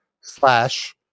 slash